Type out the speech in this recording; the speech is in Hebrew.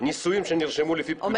נישואים שנרשמו --- הסעיף הזה לא רלוונטי.